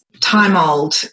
time-old